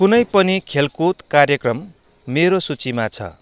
कुनै पनि खेलकुद कार्यक्रम मेरो सूचीमा छ